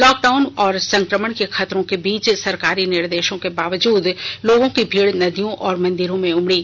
lock down व संक्रमण के खतरों के बीच सरकारी निर्देशों के बावजूद लोगों की भीड़ नदियों व मंदिरों में उमड़ी